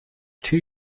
too